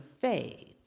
faith